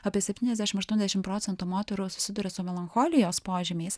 apie septyniasdešim aštuoniasdešim procentų moterų susiduria su melancholijos požymiais